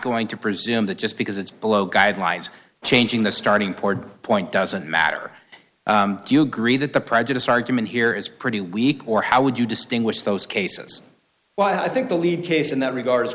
going to presume that just because it's below guidelines changing the starting point point doesn't matter do you agree that the prejudice argument here is pretty weak or how would you distinguish those cases well i think the lead case in that regard